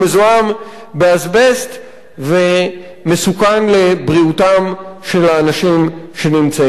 באזבסט ומסוכן לבריאותם של האנשים שנמצאים שם.